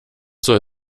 soll